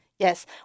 Yes